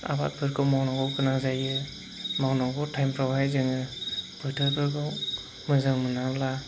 आबादफोरखौ मावनांगौ गोनां जायो मावनांगौ टाइमफ्रावहाय जोङो फोथारफोरखौ मोजां मोनाब्ला